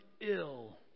ill